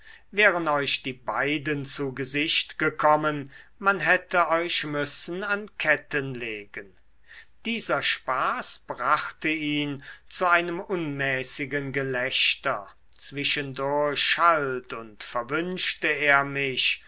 wären euch die beiden zu gesicht gekommen man hätte euch müssen an ketten legen dieser spaß brachte ihn zu einem unmäßigen gelächter zwischendurch schalt und verwünschte er mich